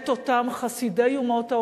למעט אותם חסידי אומות העולם,